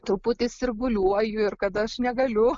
truputį sirguliuoju ir kad aš negaliu